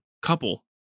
couple